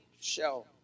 shell